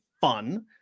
fun